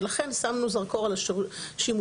ולכן שמנו זרקור על השימושים.